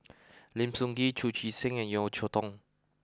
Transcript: Lim Sun Gee Chu Chee Seng and Yeo Cheow Tong